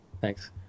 Thanks